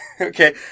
Okay